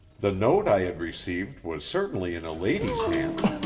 the note i had received was certainly in a lady's hand.